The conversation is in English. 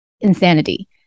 insanity